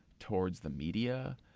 towards the media.